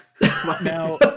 Now